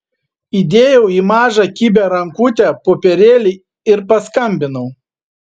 įdėjau į mažą kibią rankutę popierėlį ir paskambinau